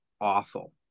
awful